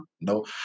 No